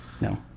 No